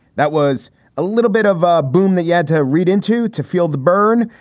that was a little bit of ah boom that you had to read into to feel the bern.